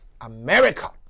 America